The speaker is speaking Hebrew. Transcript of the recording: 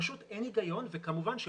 פשוט אין הגיון וכמובן שפיקר,